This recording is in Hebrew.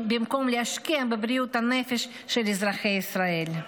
במקום להשקיע בבריאות הנפש של אזרחי ישראל.